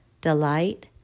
delight